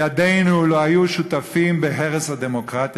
ידינו לא היו שותפות בהרס הדמוקרטיה,